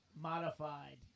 modified